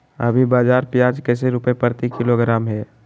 अभी बाजार प्याज कैसे रुपए प्रति किलोग्राम है?